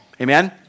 Amen